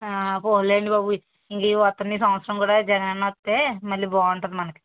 పోనీలెండి బాబు ఈ వస్తున్న సంవత్సరంలో కూడా జగనన్న వస్తే మళ్ళీ బాగుంటుంది మనకి